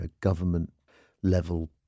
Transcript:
government-level